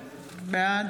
ביטון, בעד